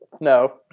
no